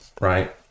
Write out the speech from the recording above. right